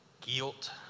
Guilt